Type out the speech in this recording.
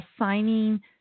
assigning